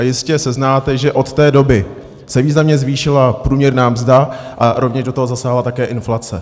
Jistě seznáte, že od té doby se významně zvýšila průměrná mzda a rovněž do toho zasáhla také inflace.